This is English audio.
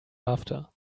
after